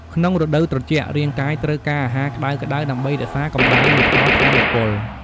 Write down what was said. ក្នុងរដូវត្រជាក់ រាងកាយត្រូវការអាហារក្តៅៗដើម្បីរក្សាកម្ដៅ និងផ្តល់ថាមពល។